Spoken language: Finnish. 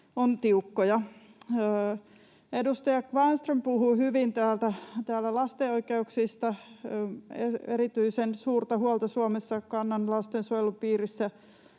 ovat tiukkoja. Edustaja Kvarnström puhui hyvin täällä lasten oikeuksista. Erityisen suurta huolta Suomessa kannan lastensuojelun piirissä